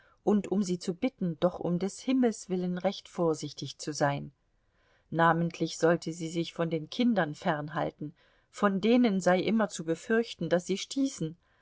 und um sie zu bitten doch um des himmels willen recht vorsichtig zu sein namentlich sollte sie sich von den kindern fernhalten von denen sei immer zu befürchten daß sie sie stießen